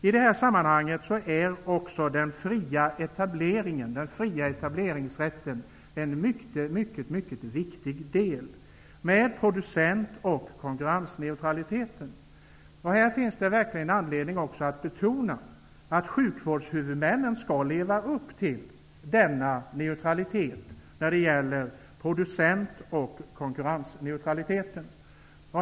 I detta sammanhang är också den fria etableringsrätten en mycket viktig del av konkurrensneutraliteten mellan producenter. Här finns det också anledning att betona att sjukvårdshuvudmännen skall leva upp till denna konkurrensneutralitet.